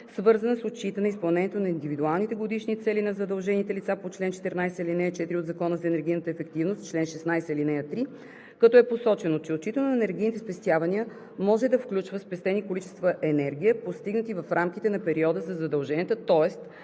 свързана с отчитане изпълнението на индивидуалните годишни цели на задължените лица по чл. 14, ал. 4 от Закона за енергийната ефективност (чл. 16, ал. 3), като е посочено, че отчитането на енергийните спестявания може да включва спестени количества енергия, постигнати в рамките на периода за задължения, тоест